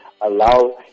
allow